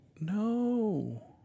No